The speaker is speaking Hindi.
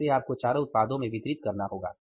और उसे आपको चारों उत्पादों में वितरित करना होगा